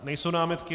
Nejsou námitky.